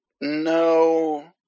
No